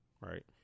Right